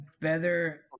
better